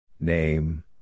Name